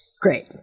Great